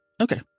Okay